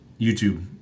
youtube